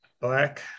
black